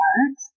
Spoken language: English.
Art